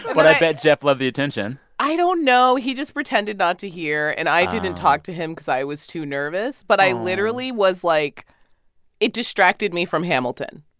but i bet jeff loved the attention i don't know. he just pretended not to hear. and i didn't talk to him because i was too nervous. but i literally was like it distracted me from hamilton.